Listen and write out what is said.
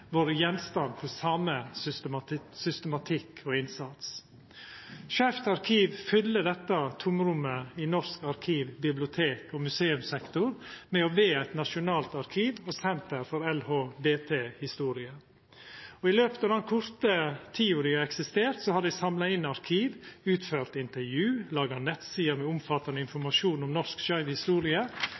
gjenstand for same systematikk og innsats. Skeivt arkiv fyller dette tomrommet i norsk arkiv-, bibliotek- og museumssektor ved å vera eit nasjonalt arkiv og senter for LHBT-historier. I løpet av den korte tida dei har eksistert, har dei samla inn arkiv, utført intervju, laga nettsider med omfattande informasjon om norsk skeiv historie